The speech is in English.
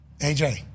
AJ